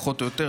פחות או יותר,